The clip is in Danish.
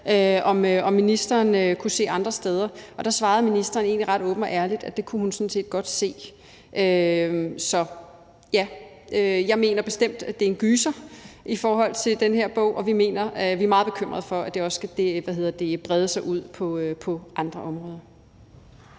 om ministeren kunne se andre steder, og da svarede ministeren egentlig ret åbent og ærligt, at det kunne hun sådan set godt se. Så ja, jeg mener bestemt, at det er en gyser i forhold til den her bog, og vi er meget bekymrede for, at det også skal brede sig ud på andre områder.